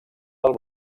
del